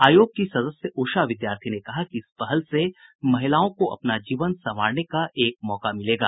आयोग की सदस्य उषा विद्यार्थी ने कहा कि इस पहल से महिलाओं को अपना जीवन संवारने का एक मौका मिलेगा